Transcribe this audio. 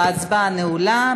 ההצבעה נעולה.